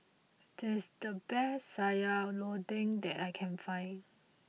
this is the best Sayur Lodeh that I can find